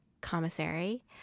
commissary